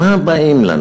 אז עם מה באים לנו,